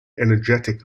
energetic